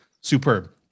Superb